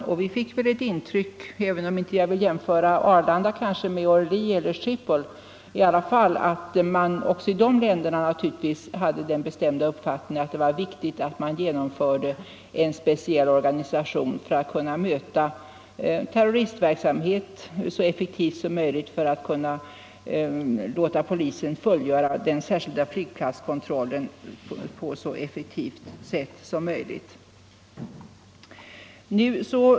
Även om jag inte vill jämföra Arlanda med Orly eller Schiphol kan jag säga att vi fick ett intryck av att man också i de länderna hade den bestämda uppfattningen att det var viktigt att genomföra en speciell organisation för att kunna möta terroristverksamhet så effektivt som möjligt och låta polisen fullgöra den särskilda flygplatskontrollen på ett så effektivt sätt som möjligt.